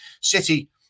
City